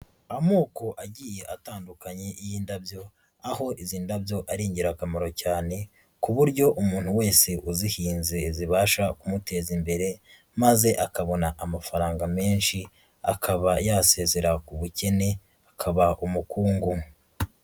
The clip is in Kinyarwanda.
Amoko agiye atandukanye y'indabyo, aho izi ndabyo ari ingirakamaro cyane, ku buryo umuntu wese uzihinze zibasha kumuteza imbere maze akabona amafaranga menshi, akaba yasezera ku bukene akaba umukungu.